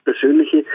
persönliche